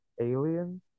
alien